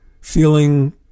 feeling